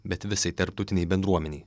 bet visai tarptautinei bendruomenei